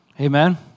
Amen